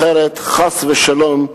אחרת חס ושלום,